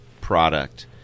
product